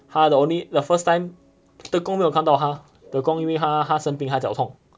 他 the only the first time tekong 没有看到他 tekong 因为他他生病他脚痛